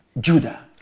Judah